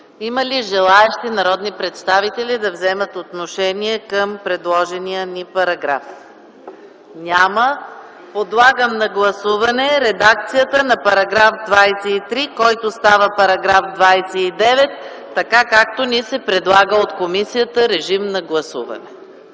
Има ли желаещи народни представители да вземат отношение към предложения ни параграф? Няма. Подлагам на гласуване редакцията на § 23, който става § 29, така както ни се предлага от комисията. Гласували